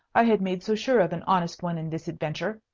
i had made so sure of an honest one in this adventure.